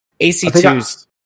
AC2s